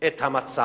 את המצב.